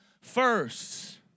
first